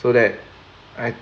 so that I